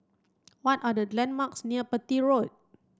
what are the landmarks near Petir Road